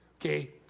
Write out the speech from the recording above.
Okay